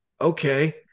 okay